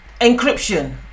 encryption